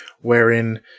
wherein